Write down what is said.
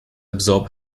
absorb